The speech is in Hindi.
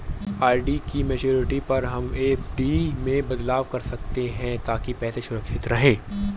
आर.डी की मैच्योरिटी पर हम एफ.डी में बदल सकते है ताकि पैसे सुरक्षित रहें